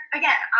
again